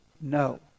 no